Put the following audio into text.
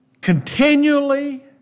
continually